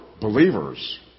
believers